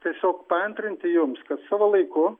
tiesiog paantrinti jums kad savo laiku